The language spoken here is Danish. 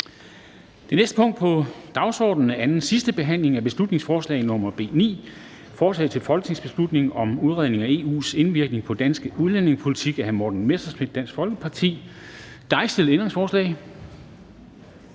Det næste punkt på dagsordenen er: 4) 2. (sidste) behandling af beslutningsforslag nr. B 9: Forslag til folketingsbeslutning om en udredning af EU's indvirkning på dansk udlændingepolitik. Af Morten Messerschmidt (DF) m.fl.